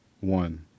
One